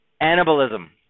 anabolism